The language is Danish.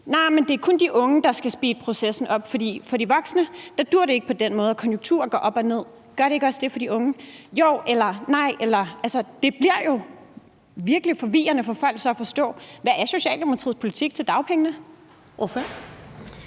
Nja, men det er kun de unge, der skal speede processen op, fordi det for de voksne ikke duer på den måde, og konjunkturerne går op og ned? Men gør de ikke også det for de unge? Jo eller nej eller hvad? Altså, det bliver jo virkelig forvirrende for folk så at forstå, hvad Socialdemokraternes politik på dagpengeområdet